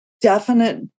definite